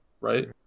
right